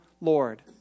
Lord